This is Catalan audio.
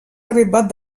arribat